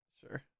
Sure